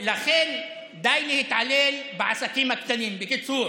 לכן, די להתעלל בעסקים הקטנים, בקיצור,